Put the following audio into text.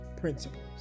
principles